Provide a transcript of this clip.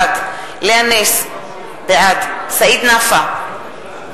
בעד לאה נס, בעד סעיד נפאע,